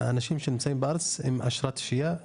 האנשים שנמצאים בארץ עם אשרת שהייה?